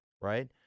right